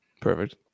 perfect